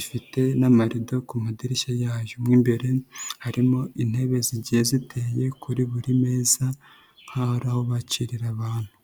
ifite n'amarido ku madirishya yayo, mu imbere harimo intebe zigiye ziteye kuri buri meza nkaho ari aho bakirira abantu.